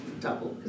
Double